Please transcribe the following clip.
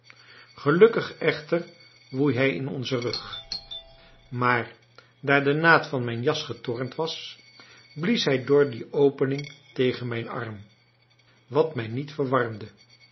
gelukkig echter woei hij in onzen rug maar daar de naad van mijn jas getornd was blies hij door die opening tegen mijn arm wat mij niet verwarmde